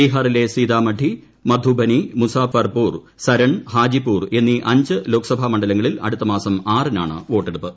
ബീഹാറിലെ സീതാമഢി മധുബനി മുസാഫർപൂർ സരൺ ഹാജിപുർ എന്നീ അഞ്ചു ലോക്സഭാ മണ്ഡലങ്ങളിൽ അടുത്ത മാസം ആറിനാണ് വോട്ടെടുപ്പ്